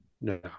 No